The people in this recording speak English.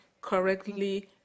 correctly